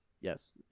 Yes